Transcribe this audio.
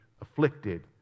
afflicted